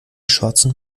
schwarzen